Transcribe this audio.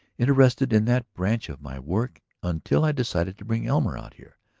interested in that branch of my work until i decided to bring elmer out here.